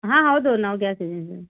ಹಾಂ ಹೌದು ನಾವು ಗ್ಯಾಸ್ ಏಜನ್ಸಿಯವ್ರು